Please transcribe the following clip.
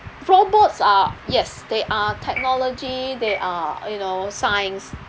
robots are yes they are technology they are you know science